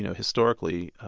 you know historically,